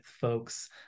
folks